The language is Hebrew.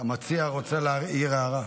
המציע רוצה להעיר הערה.